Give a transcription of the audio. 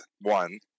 one